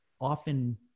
often